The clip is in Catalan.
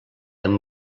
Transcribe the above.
amb